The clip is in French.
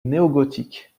néogothique